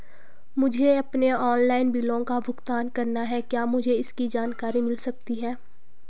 मुझे अपने ऑनलाइन बिलों का भुगतान करना है क्या मुझे इसकी जानकारी मिल सकती है?